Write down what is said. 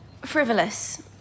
frivolous